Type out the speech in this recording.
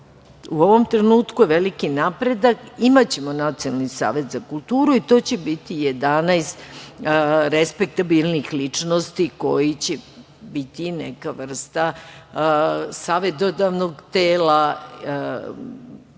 U ovom trenutku je veliki napredak, imaćemo Nacionalni savet za kulturu i to će biti 11 respektabilnih ličnosti, koji će biti neka vrsta savetodavnog tela